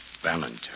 Valentine